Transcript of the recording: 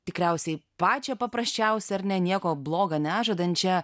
tikriausiai pačią paprasčiausią ar ne nieko blogo nežadančią